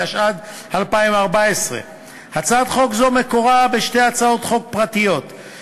התשע"ד 2014. הצעת חוק זו מקורה בשתי הצעות חוק פרטיות,